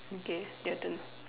okay your turn